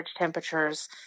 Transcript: temperatures